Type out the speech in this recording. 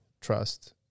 trust